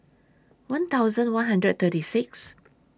one thousand one hundred and thirty six